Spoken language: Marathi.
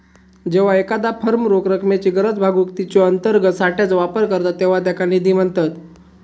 जेव्हा एखादा फर्म रोख रकमेची गरज भागवूक तिच्यो अंतर्गत साठ्याचो वापर करता तेव्हा त्याका निधी म्हणतत